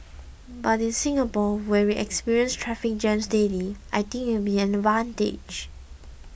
but in Singapore where we experience traffic jams daily I think it will be an advantage